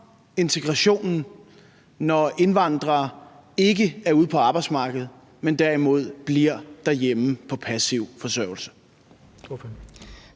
integrationen, når indvandrere ikke er ude på arbejdsmarkedet, men derimod bliver derhjemme på passiv forsørgelse?